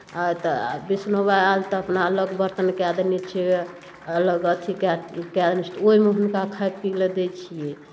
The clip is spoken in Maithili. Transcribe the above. आ तऽ वैष्णवा आयल तऽ अपना अलग बर्तन कए देने छियै अलग अथि कए कए तऽ ओहिमे हुनका खाए पियै ले दै छियै